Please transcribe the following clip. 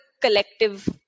collective